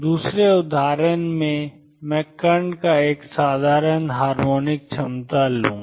दूसरे उदाहरण में मैं कण को एक साधारण हार्मोनिक क्षमता में ले जाऊंगा